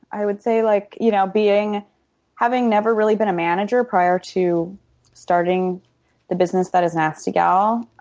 i would say like, you know, being having never really been a manager prior to starting the business that is nasty gal,